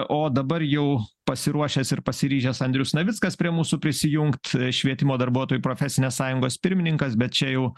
o dabar jau pasiruošęs ir pasiryžęs andrius navickas prie mūsų prisijungt švietimo darbuotojų profesinės sąjungos pirmininkas bet čia jau